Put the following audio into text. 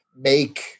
make